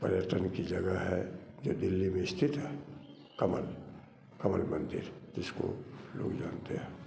पर्यटन की जगह है यह दिल्ली में स्थित कमल कमल मंदिर जिसको लोग जानते हैं